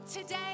Today